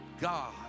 God